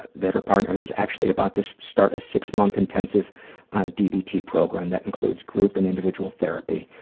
but that her partner is actually about to so start a six-month intensive dbt program that includes group and individual therapy,